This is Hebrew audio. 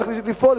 צריך לפעול,